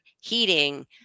heating